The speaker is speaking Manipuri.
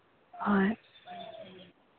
ꯍꯣꯏ